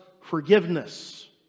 forgiveness